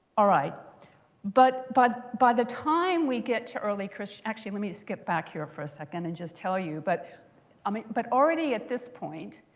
but but by the time we get to early kind of actually let me just skip back here for a second and just tell you. but i mean but already at this point,